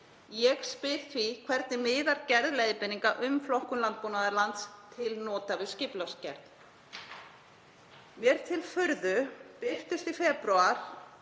Ég spyr því: Hvernig miðar gerð leiðbeininga um flokkun landbúnaðarlands til nota við skipulagsgerð? Mér til furðu birtust í febrúar